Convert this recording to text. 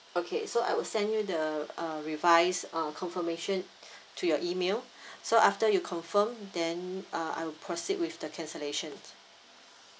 okay so I will send you the uh revise uh confirmation to your email so after you confirm then uh I will proceed with the cancellations